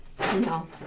No